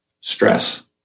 stress